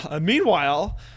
Meanwhile